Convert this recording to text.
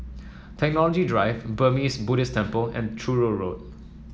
Technology Drive Burmese Buddhist Temple and Truro Road